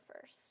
first